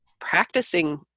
practicing